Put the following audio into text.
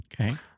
Okay